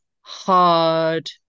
hard